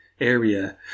area